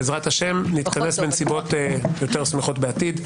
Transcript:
ובעזרת השם נתכנס בנסיבות יותר שמחות בעתיד.